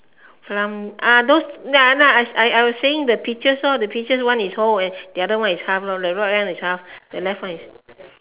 plum ah those ya lah I was saying the peaches the peaches one is whole and the other one is half lor the right one is half the left one is